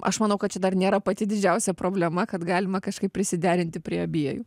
aš manau kad čia dar nėra pati didžiausia problema kad galima kažkaip prisiderinti prie abiejų